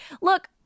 look